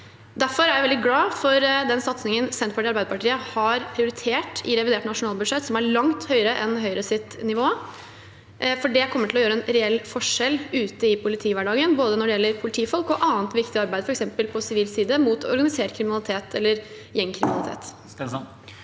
Derfor er jeg veldig glad for den satsingen Senterpartiet og Arbeiderpartiet har prioritert i revidert nasjonalbudsjett, som er langt høyere enn Høyres nivå, for det kommer til å gjøre en reell forskjell ute i politihverdagen, når det gjelder både politifolk og annet viktig arbeid, f.eks. på sivil side mot organisert kriminalitet eller gjengkriminalitet.